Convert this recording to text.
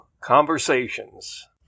Conversations